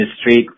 street